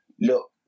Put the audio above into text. Look